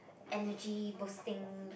energy boosting